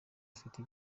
afite